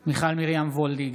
בעד מיכל מרים וולדיגר,